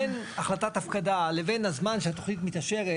בין החלטת הפקדה לבין הזמן שהתוכנית מאושרת,